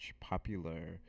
popular